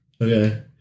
okay